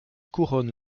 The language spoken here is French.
couronne